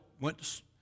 went